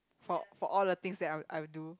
for for all the things that I wou~ I would do